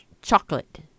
Chocolate